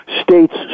states